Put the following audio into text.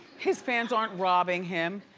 his fans aren't robbing him.